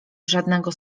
żadnego